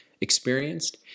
experienced